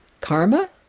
Karma